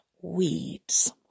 weeds